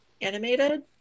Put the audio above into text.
animated